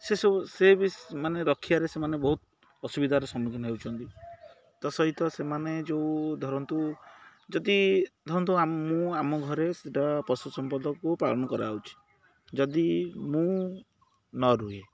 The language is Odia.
ସେସବୁ ସେ ବି ମାନେ ରକ୍ଷିବାରେ ସେମାନେ ବହୁତ ଅସୁବିଧାର ସମ୍ମୁଖୀନ ହେଉଛନ୍ତି ତା ସହିତ ସେମାନେ ଯେଉଁ ଧରନ୍ତୁ ଯଦି ଧରନ୍ତୁ ମୁଁ ଆମ ଘରେ ସେଇଟା ପଶୁ ସମ୍ପଦକୁ ପାଳନ କରାଯାଉଛି ଯଦି ମୁଁ ନ ରୁହେ